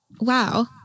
Wow